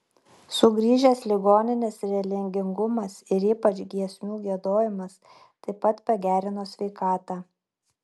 sugrįžęs ligonės religingumas ir ypač giesmių giedojimas taip pat pagerino sveikatą